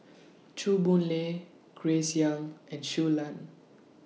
Chew Boon Lay Grace Young and Show Lan